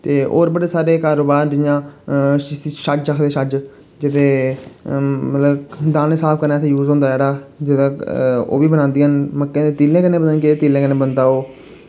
ते और बड़े सारे कारोबार न जि'यां छज्ज आखदे छज्ज जेह्दे मतलब दाने साफ करने आस्तै यूज होंदा जेह्ड़ा जेहदा ओह् बी बनांदियां न मक्कें दे तिले कन्नै पता निं केह्दे तिले कन्नै बनदा ओह्